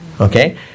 Okay